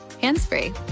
hands-free